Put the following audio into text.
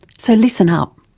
so listen up.